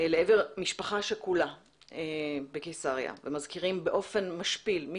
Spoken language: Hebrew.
לעבר משפחה שכולה בקיסריה ומזכירים באופן משפיל את אובדן בנם.